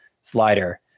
slider